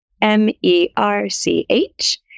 M-E-R-C-H